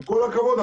עם כל הכבוד,